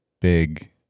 big